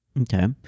okay